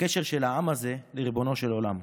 הקשר של העם הזה לריבונו של עולם.